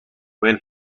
when